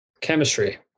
chemistry